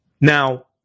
Now